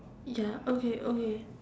ya okay okay